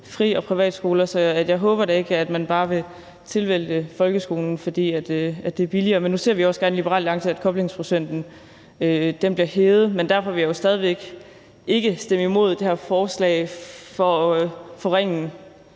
fri- og privatskoler. Så jeg håber da ikke, at man bare vil tilvælge folkeskolen, fordi det er billigere. Men nu ser vi også gerne i Liberal Alliance, at koblingsprocenten bliver hævet. Men derfor vil jeg jo stadig væk ikke stemme imod det her forslag for at